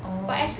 orh